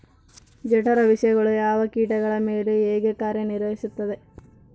ಜಠರ ವಿಷಯಗಳು ಯಾವ ಕೇಟಗಳ ಮೇಲೆ ಹೇಗೆ ಕಾರ್ಯ ನಿರ್ವಹಿಸುತ್ತದೆ?